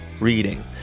reading